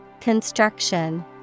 Construction